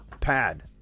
pad